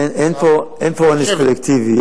אין פה עונש קולקטיבי,